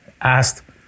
asked